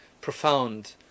profound